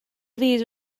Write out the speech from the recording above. these